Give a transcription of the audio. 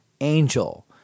angel